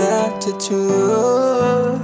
attitude